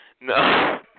no